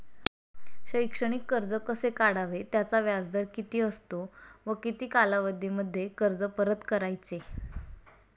शैक्षणिक कर्ज कसे काढावे? त्याचा व्याजदर किती असतो व किती कालावधीमध्ये कर्ज परत करायचे?